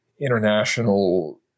international